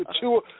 two